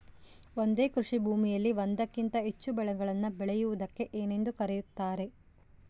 ಒಂದೇ ಕೃಷಿಭೂಮಿಯಲ್ಲಿ ಒಂದಕ್ಕಿಂತ ಹೆಚ್ಚು ಬೆಳೆಗಳನ್ನು ಬೆಳೆಯುವುದಕ್ಕೆ ಏನೆಂದು ಕರೆಯುತ್ತಾರೆ?